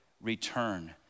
return